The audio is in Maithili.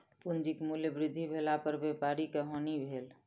पूंजीक मूल्य वृद्धि भेला पर व्यापारी के हानि भेल